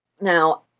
Now